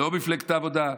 לא מפלגת העבודה,